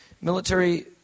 military